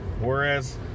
whereas